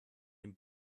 den